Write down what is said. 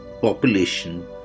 population